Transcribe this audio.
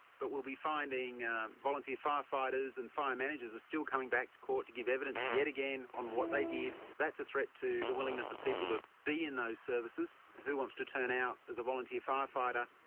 but we'll be finding volunteer firefighters and fire managers are still coming back to court to give evidence yet again on what they did, that's a threat to the willingness of people to be in those services. who wants to turn out as a volunteer firefighter,